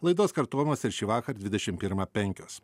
laidos kartojimas ir šįvakar dvidešim primą penkios